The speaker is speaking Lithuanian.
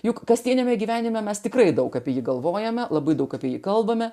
juk kasdieniame gyvenime mes tikrai daug apie jį galvojame labai daug apie jį kalbame